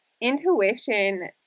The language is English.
intuition